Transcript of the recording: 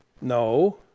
No